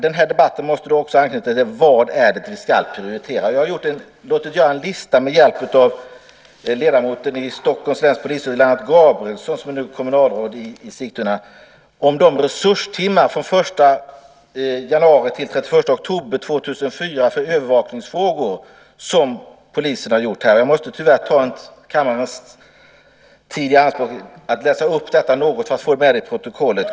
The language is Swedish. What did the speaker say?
Den här debatten måste också anknyta till vad det är som vi ska prioritera. Jag har låtit göra en lista med hjälp av ledamoten i Stockholms läns polisstyrelse, Lennart Gabrielsson, som nu är kommunalråd i Sigtuna, över antalet resurstimmar från och med den 1 januari till och med den 31 oktober 2004 för polisens övervakning. Och jag måste tyvärr ta kammarens tid i anspråk för att läsa upp detta för att få med det i protokollet.